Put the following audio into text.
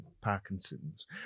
Parkinson's